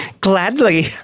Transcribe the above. Gladly